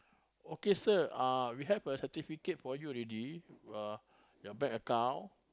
okay sir uh we have a certificate for you already uh your bank account